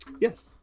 Yes